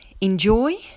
enjoy